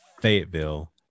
Fayetteville